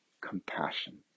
compassion